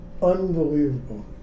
Unbelievable